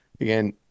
again